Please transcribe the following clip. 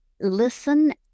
listen